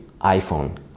iPhone